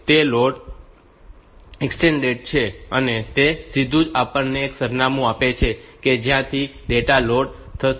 તે load extended છે અને તે સીધું જ આપણને એ સરનામું આપે છે કે જ્યાંથી ડેટા લોડ થશે